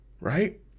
right